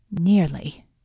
Nearly